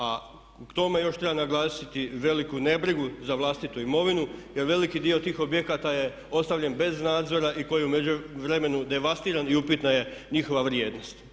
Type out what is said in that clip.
A k tome još treba naglasiti veliku nebrigu za vlastitu imovinu, jer veliki dio tih objekata je ostavljen bez nadzora i koji je u međuvremenu devastiran i upitna je njihova vrijednost.